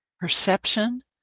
perception